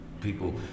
people